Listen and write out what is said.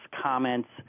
comments